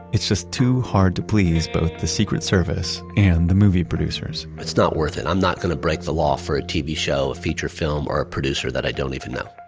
it's just too hard to please both the secret service and the movie producers it's not worth it. i'm not going to break the law for a tv show, a feature film, or a producer that i don't even know